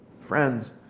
friends